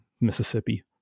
Mississippi